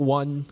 one